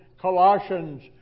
Colossians